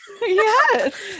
yes